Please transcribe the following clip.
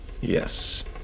yes